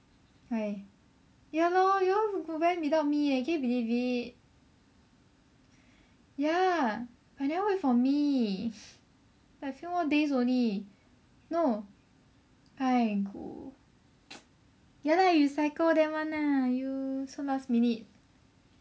why ya lor you all went without me leh can you believe it ya but never wait for me like few more days only no aigoo ya lah you psycho them one lah you so last minute